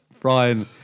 Brian